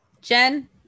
jen